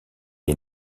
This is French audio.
est